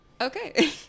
Okay